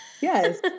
yes